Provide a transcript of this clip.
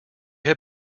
have